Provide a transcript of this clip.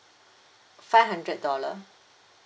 five hundred dollar